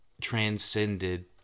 transcended